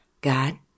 God